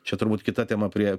čia turbūt kita tema prie